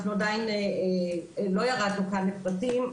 אנחנו עדיין לא ירדו כאן לפרטים.